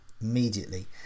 Immediately